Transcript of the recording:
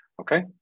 Okay